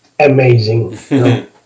Amazing